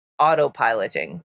autopiloting